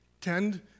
Tend